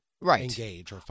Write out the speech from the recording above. Right